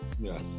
Yes